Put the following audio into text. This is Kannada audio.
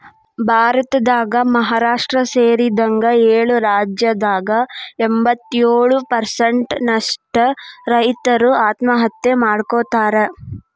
ಭಾರತದಾಗ ಮಹಾರಾಷ್ಟ್ರ ಸೇರಿದಂಗ ಏಳು ರಾಜ್ಯದಾಗ ಎಂಬತ್ತಯೊಳು ಪ್ರಸೆಂಟ್ ನಷ್ಟ ರೈತರು ಆತ್ಮಹತ್ಯೆ ಮಾಡ್ಕೋತಾರ